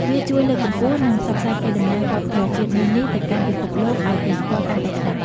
វាជួយលើកកម្ពស់ និងផ្សព្វផ្សាយកេរដំណែលវប្បធម៌ជាតិមួយនេះទៅកាន់ពិភពលោកឲ្យគេស្គាល់កាន់តែច្បាស់។